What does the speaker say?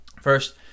first